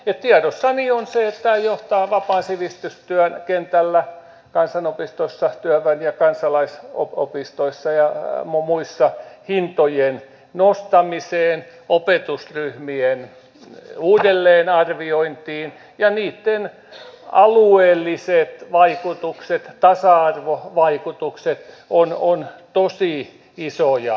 ja tiedossani on se että tämä johtaa vapaan sivistystyön kentällä kansanopistoissa työväen ja kansalaisopistoissa ja muissa hintojen nostamiseen opetusryhmien uudelleenarviointiin ja niitten alueelliset vaikutukset tasa arvovaikutukset ovat tosi isoja